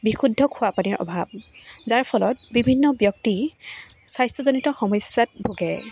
বিশুদ্ধ খোৱা পানীৰ অভাৱ যাৰ ফলত বিভিন্ন ব্যক্তি স্বাস্থ্যজনিত সমস্যাত ভোগে